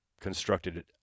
constructed